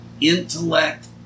intellect